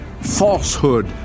falsehood